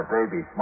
Baby